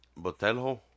Botelho